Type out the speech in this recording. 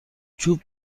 چوب